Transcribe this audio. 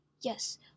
Yes